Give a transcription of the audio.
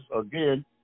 again